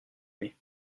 aimé